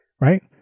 right